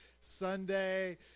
sunday